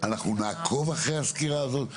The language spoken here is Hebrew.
אנחנו נעקוב אחרי הסקירה הזאת.